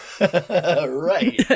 Right